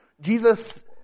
Jesus